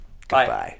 Goodbye